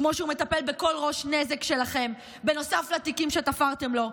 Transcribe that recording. כמו שהוא מטפל בכל ראש נזק שלכם בנוסף לתיקים שתפרתם לו,